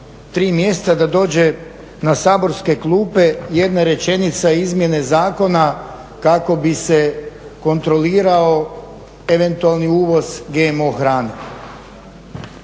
mjeseca da dođe na saborske klupe jedna rečenica izmjene zakona kako bi se kontrolirao eventualni uvoz GMO hrane.